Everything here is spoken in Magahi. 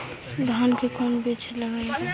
धान के कोन बिज लगईऐ कि पानी कम देवे पड़े?